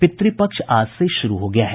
पितृपक्ष आज से शुरू हो गया है